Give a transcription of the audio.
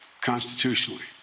constitutionally